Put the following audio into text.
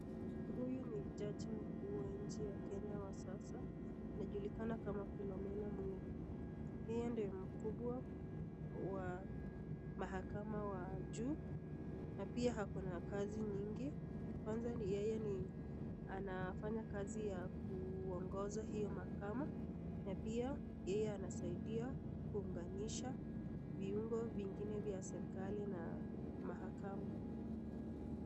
Huyu ni jaji mkuu wa nchi ya Kenya wa sasa anajulikana kama Philomena Muli ,yeye ndiye mkubwa wa mahakama wa juu na pia ako na kazi nyingi , kwanza ni yeye anafanya kazi ya kuongoza hiyo mahakama na pia yeye anasaidia kuunganisha viungo vingine vya serikali na mahakama.